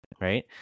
Right